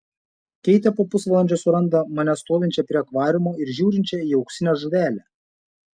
keitė po pusvalandžio suranda mane stovinčią prie akvariumo ir žiūrinčią į auksinę žuvelę